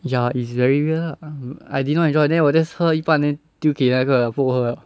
ya it's very weird lah um I did not enjoy then 我 just 喝一半 then 丢给那个谁喝了